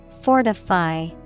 Fortify